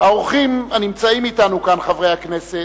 האורחים הנמצאים אתנו כאן, חברי הכנסת,